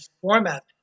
format